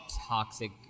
toxic